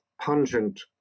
pungent